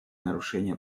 нарушение